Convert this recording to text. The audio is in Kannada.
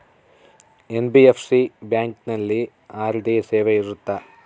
ಎನ್.ಬಿ.ಎಫ್.ಸಿ ಬ್ಯಾಂಕಿನಲ್ಲಿ ಆರ್.ಡಿ ಸೇವೆ ಇರುತ್ತಾ?